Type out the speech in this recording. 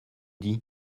dis